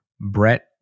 Brett